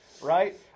right